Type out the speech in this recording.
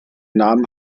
namen